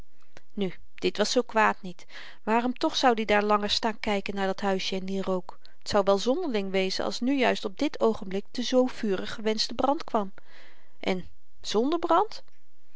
nu dit was zoo kwaad niet waarom toch zoud i daar langer staan kyken naar dat huisjen en dien rook t zou wel zonderling wezen als nu juist op dit oogenblik de zoo vurig gewenschte brand kwam en zonder brand